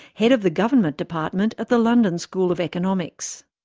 head of the government department at the london school of economics.